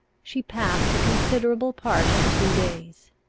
she passed a considerable part of two days.